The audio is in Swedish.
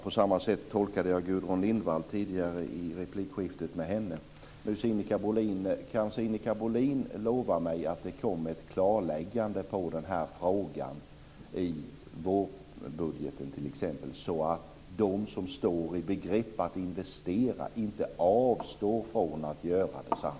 På samma sätt tolkade jag Gudrun Kan Sinikka Bohlin lova mig att det kommer ett klarläggande på den här frågan i vårbudgeten t.ex., så att de som står i begrepp att investera inte avstår från att göra det?